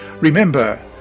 Remember